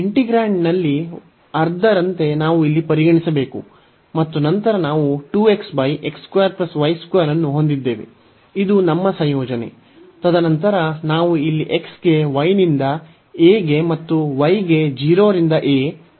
ಇಂಟಿಗ್ರಾಂಡ್ನಲ್ಲಿ 12 ರಂತೆ ನಾವು ಇಲ್ಲಿ ಪರಿಗಣಿಸಬೇಕು ಮತ್ತು ನಂತರ ನಾವು ಅನ್ನು ಹೊಂದಿದ್ದೇವೆ ಇದು ನಮ್ಮ ಸಂಯೋಜನೆ ತದನಂತರ ನಾವು ಇಲ್ಲಿ x ಗೆ y ನಿಂದ a ಗೆ ಮತ್ತು y ಗೆ 0 ರಿಂದ a ಗೆ dx dy ಅನ್ನು ಹೊಂದಿದ್ದೇವೆ